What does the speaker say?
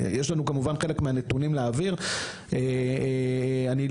יש לנו חלק מהנתונים להעביר, כמובן.